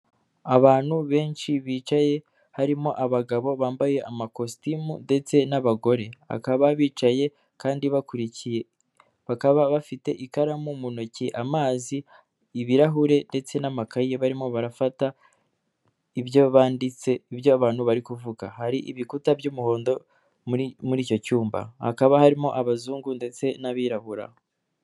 Abantu benshi bicaye, harimo abagabo bambaye amakositimu, ndetse n'abagore. Bakaba bicaye kandi bakurikiye, bakaba bafite ikaramu mu ntoki, amazi, ibirahure ndetse n'amakayi barimo barafata ibyo banditse, ibyo abantu bari kuvuga. Hari ibikuta by'umuhondo muri icyo cyumba, hakaba harimo abazungu ndetse n'abirabura.